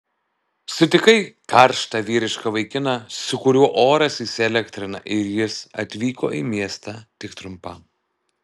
sutikai karštą vyrišką vaikiną su kuriuo oras įsielektrina ir jis atvyko į miestą tik trumpam